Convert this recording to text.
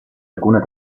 alcune